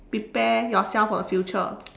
prepare yourself for the future